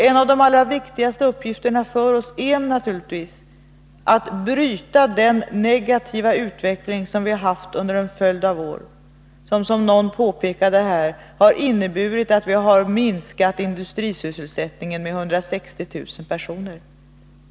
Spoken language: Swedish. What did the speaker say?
En av de allra viktigaste uppgifterna för oss är naturligtvis att bryta den sedan ett antal år tillbaka negativa utvecklingen, en utveckling som — som någon påpekade här i kammaren — har inneburit att vi minskade industrisysselsättningen med 160 000 personer.